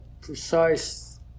precise